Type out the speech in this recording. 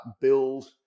build